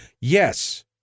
Yes